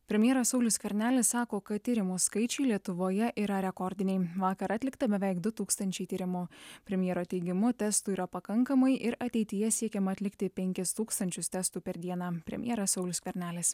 premjeras saulius skvernelis sako kad tyrimų skaičiai lietuvoje yra rekordiniai vakar atlikta beveik du tūkstančiai tyrimų premjero teigimu testų yra pakankamai ir ateityje siekiama atlikti penkis tūkstančius testų per dieną premjeras saulius skvernelis